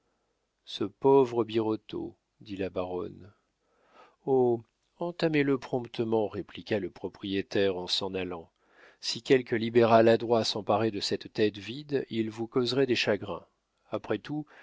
ce pauvre birotteau dit la baronne oh entamez le promptement répliqua le propriétaire en s'en allant si quelque libéral adroit s'emparait de cette tête vide il vous causerait des chagrins après tout